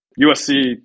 USC